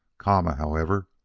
kama, however,